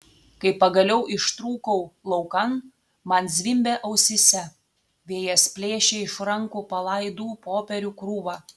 kai pagaliau ištrūkau laukan man zvimbė ausyse vėjas plėšė iš rankų palaidų popierių krūvą